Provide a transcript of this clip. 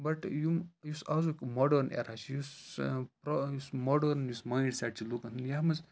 بَٹ یِم یُس آزُک ماڈٲرٕن اٮ۪ریا چھِ یُس ماڈٲرٕن یُس مایِنٛڈ سٮ۪ٹ چھِ لُکَن ہُنٛد یَتھ منٛز